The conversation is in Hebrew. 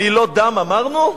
עלילות דם אמרנו?